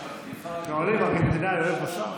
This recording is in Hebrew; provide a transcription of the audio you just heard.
שואלים ארגנטינאי אם הוא אוהב בשר?